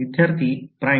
विद्यार्थी primed